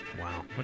Wow